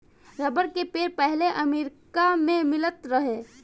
rubber के पेड़ पहिले अमेरिका मे मिलत रहे